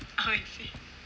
oh is it